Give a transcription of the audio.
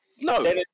No